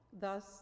Thus